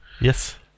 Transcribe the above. Yes